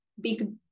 big